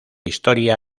historia